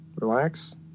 relax